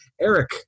Eric